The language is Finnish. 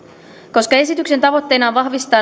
koska esityksen tavoitteena on vahvistaa